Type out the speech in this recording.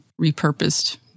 repurposed